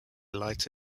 light